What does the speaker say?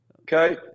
Okay